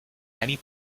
many